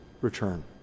return